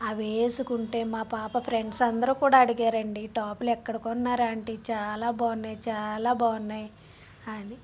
అవి ఏసుకుంటే మా పాప ఫ్రెండ్స్ అందరూ కూడా అడిగారు అండి ఈ టాపులు ఎక్కడ కొన్నారు ఆంటీ చాలా బాగున్నాయి చాలా బాగున్నాయి అని